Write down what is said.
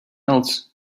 else